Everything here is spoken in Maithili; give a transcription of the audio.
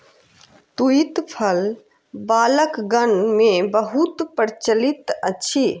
तूईत फल बालकगण मे बहुत प्रचलित अछि